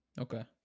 Okay